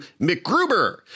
*McGruber*